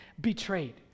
betrayed